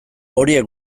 horiek